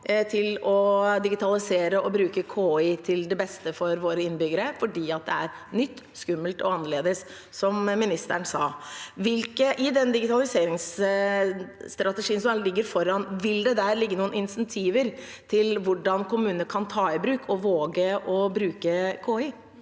til å digitalisere og bruke KI til beste for våre innbyggere, fordi det er nytt, skummelt og annerledes, som ministeren sa. I den digitaliseringsstrategien som ligger foran oss, vil det der ligge noen insentiver til hvordan kommunene kan ta i bruk og våge å bruke KI?